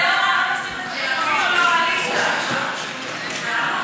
אנחנו לא מכירים אותך כאדם שמקבל הוראות.